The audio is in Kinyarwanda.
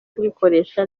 kubikoresha